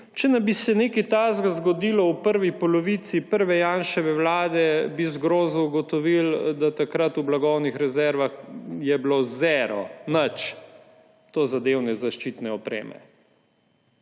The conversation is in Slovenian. Če bi se nam nekaj takega zgodilo v prvi polovici prve Janševe vlade, bi z grozo ugotovili, da je bilo takrat v blagovnih rezervah zero, nič tozadevne zaščitne opreme.